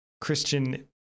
Christian